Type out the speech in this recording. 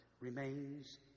remains